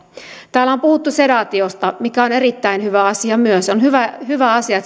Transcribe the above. täällä on puhuttu sedaatiosta mikä on erittäin hyvä asia myös on hyvä asia